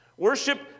Worship